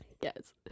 yes